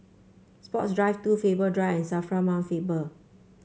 Sports Drive Two Faber Drive and Safra Mount Faber